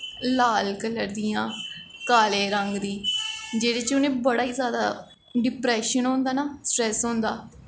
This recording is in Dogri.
लाल कलर दी इ'यां काले रंग दी जेह्दे च उ'नेंगी बड़ा जादा डिप्रैशन होंदा ना स्ट्रैस होंदा